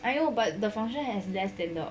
I know but the function has less than the